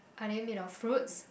are they made of fruits